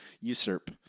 usurp